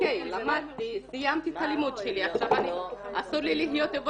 משהו --- סיימתי את הלימודים שלי,